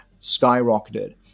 skyrocketed